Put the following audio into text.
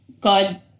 God